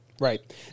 Right